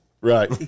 Right